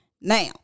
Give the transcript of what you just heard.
Now